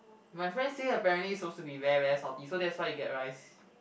my friend say apparently suppose to be very very salty so that's why you get rice